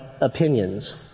opinions